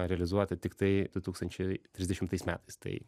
realizuota tiktai du tūkstančiai trisdešimtais metais tai